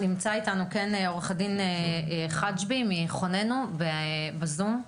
נמצא איתנו עו"ד חג'בי מארגון "חוננו" בזום.